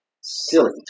silly